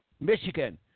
Michigan